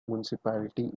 municipality